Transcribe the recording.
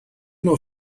نوع